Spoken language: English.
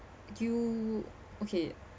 you okay